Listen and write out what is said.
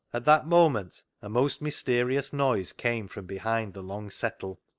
at that moment a most mysterious noise came from behind the long settle.